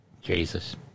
Jesus